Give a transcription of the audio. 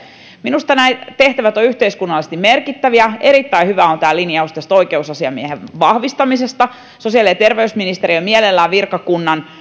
minusta nämä tehtävät ovat yhteiskunnallisesti merkittäviä erittäin hyvä on tämä linjaus oikeusasiamiehen vahvistamisesta sosiaali ja terveysministeriö mielellään virkakunnan